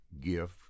gift